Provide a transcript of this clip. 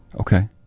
Okay